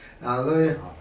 Hallelujah